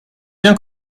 bien